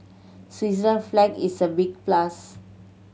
Switzerland flag is a big plus